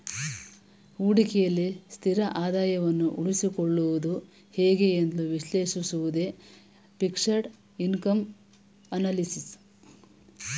ಹೂಡಿಕೆಯಲ್ಲಿ ಸ್ಥಿರ ಆದಾಯವನ್ನು ಉಳಿಸಿಕೊಳ್ಳುವುದು ಹೇಗೆ ಎಂದು ವಿಶ್ಲೇಷಿಸುವುದೇ ಫಿಕ್ಸೆಡ್ ಇನ್ಕಮ್ ಅನಲಿಸಿಸ್